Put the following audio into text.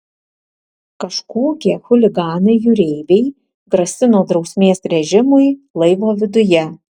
kažkokie chuliganai jūreiviai grasino drausmės režimui laivo viduje